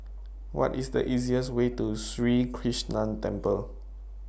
What IS The easiest Way to Sri Krishnan Temple